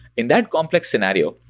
in that complex scenario,